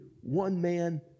one-man